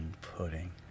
Pudding